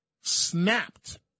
snapped